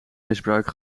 misbruik